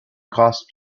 cost